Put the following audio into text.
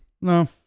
No